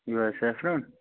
یِہَے سیفران